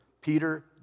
Peter